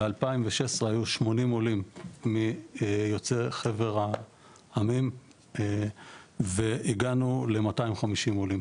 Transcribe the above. ב-2016 היו 80 עולים מיוצאי חבר העמים והגענו ל-250 עולים.